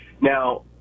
Now